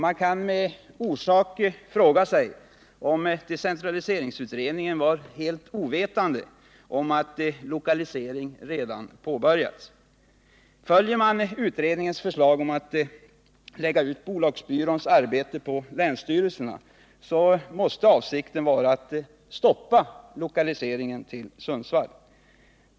Man kan ha orsak att fråga sig om decentraliseringsutredningen var helt ovetande om att omlokaliseringen redan påbörjats. Följer man utredningens förslag att lägga ut bolagsbyråns arbete på länsstyrelserna, måste avsikten vara att stoppa lokaliseringen till Sundsvall.